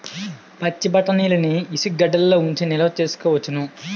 పచ్చిబఠాణీలని ఇసుగెడ్డలలో ఉంచి నిలవ సేసుకోవచ్చును